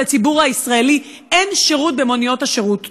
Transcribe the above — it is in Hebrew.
לציבור הישראלי אין שירות במוניות השירות.